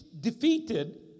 defeated